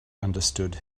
understood